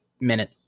minute